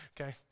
Okay